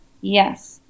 Yes